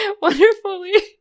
wonderfully